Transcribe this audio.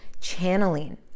channeling